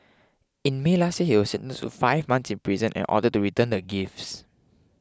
in May last year since five months in prison and ordered to return the gifts